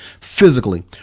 physically